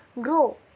grow